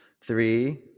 Three